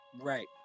Right